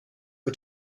mit